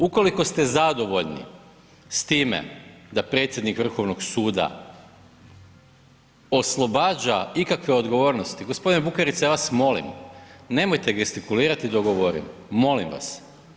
Ukoliko ste zadovoljni s time da predsjednik Vrhovnog suda oslobađa ikakve odgovornosti, g. Bukarica, ja vas molim, nemojte gestikulirati dok govorim, molim vas.